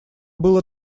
было